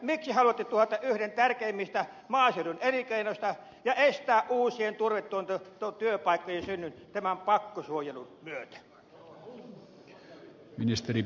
miksi haluatte tuhota yhden tärkeimmistä maaseudun elinkeinosta ja estää uusien turvetuotantotyöpaikkojen synnyn tämän pakkosuojelun myötä